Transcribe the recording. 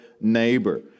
Neighbor